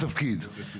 בבקשה.